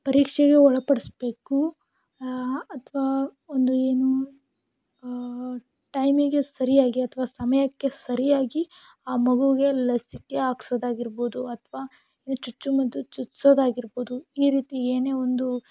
ಪರೀಕ್ಷೆಗೆ ಒಳಪಡಿಸ್ಬೇಕು ಅಥವಾ ಒಂದು ಏನು ಟೈಮಿಗೆ ಸರಿಯಾಗಿ ಅಥವಾ ಸಮಯಕ್ಕೆ ಸರಿಯಾಗಿ ಆ ಮಗೂಗೆ ಲಸಿಕೆ ಹಾಕ್ಸೋದಾಗಿರ್ಬೋದು ಅಥವಾ ಚುಚ್ಚುಮದ್ದು ಚುಚ್ಚ್ಸೋದು ಆಗಿರ್ಬೋದು ಈ ರೀತಿ ಏನೇ ಒಂದು